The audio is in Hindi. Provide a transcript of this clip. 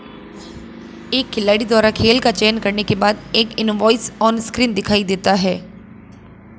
एक खिलाड़ी द्वारा खेल का चयन करने के बाद, एक इनवॉइस ऑनस्क्रीन दिखाई देता है